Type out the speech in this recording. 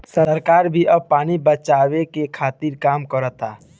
सरकार भी अब पानी बचावे के खातिर काम करता